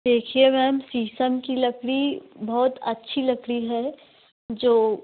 देखिए मैम शीशम की लकड़ी बहुत अच्छी लकड़ी है जो